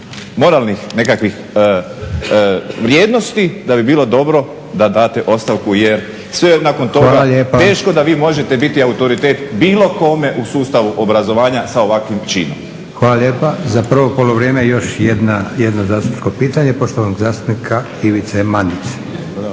moralnih nekakvih vrijednosti da bi bilo dobro da date ostavku jer sve nakon toga teško da vi možete biti autoritet bilo kome u sustavu obrazovanja sa ovakvim činom. **Leko, Josip (SDP)** Hvala lijepa. Za prvo poluvrijeme još jedno zastupničko pitanje poštovanog zastupnika Ivice Mandića.